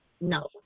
no